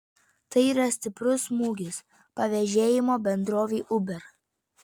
tai yra stiprus smūgis pavėžėjimo bendrovei uber